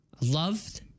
loved